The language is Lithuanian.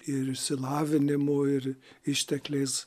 ir išsilavinimu ir ištekliais